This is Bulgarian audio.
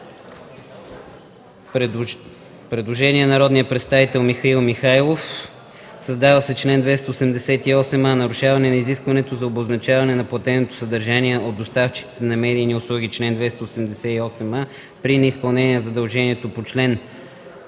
Предложение на народния представител Михаил Михайлов – създава се чл. 288а: „Нарушаване на изискването за обозначаване на платеното съдържание от доставчиците на медийни услуги Чл. 288а. При неизпълнение на задължението по чл.